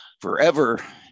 forever